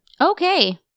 Okay